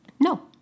No